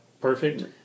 perfect